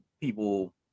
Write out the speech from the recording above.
people